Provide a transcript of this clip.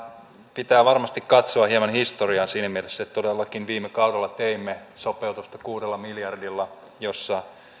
pitää varmasti katsoa hieman historiaa siinä mielessä että todellakin viime kaudella teimme sopeutusta kuudella miljardilla jossa